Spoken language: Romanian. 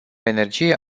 energie